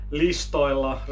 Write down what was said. listoilla